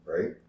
Right